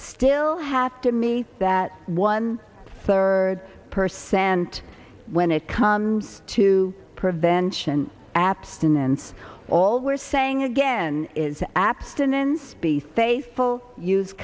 still have to me that one third per cent when it comes to prevention abstinence all we're saying again is abstinence be faithful use